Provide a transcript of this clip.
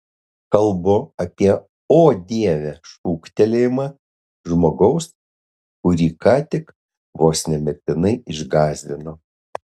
kalbu apie o dieve šūktelėjimą žmogaus kurį ką tik vos ne mirtinai išgąsdino